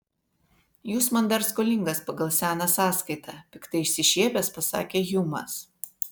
jūs man dar skolingas pagal seną sąskaitą piktai išsišiepęs pasakė hjumas